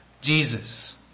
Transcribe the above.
Jesus